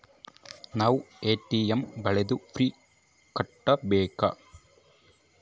ನಾವ್ ಎ.ಟಿ.ಎಂ ಬಳ್ಸಿದ್ರು ಫೀ ಕಟ್ಬೇಕು